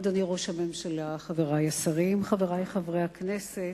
אדוני ראש הממשלה, חברי השרים, חברי חברי הכנסת,